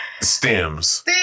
Stems